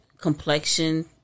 complexion